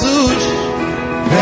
Jesus